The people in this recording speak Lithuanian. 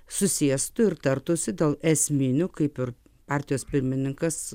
susėstų ir tartųsi dėl esminių kaip ir partijos pirmininkas